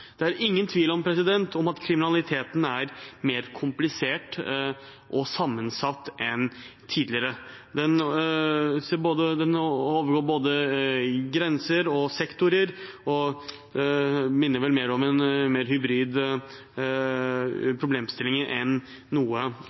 Det er ingen tvil om at kriminaliteten er mer komplisert og sammensatt enn tidligere. Den går over både grenser og sektorer og minner vel om en mer hybrid problemstilling mer enn noe